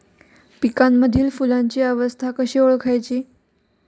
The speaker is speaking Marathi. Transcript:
पिकांमधील फुलांची अवस्था कशी ओळखायची?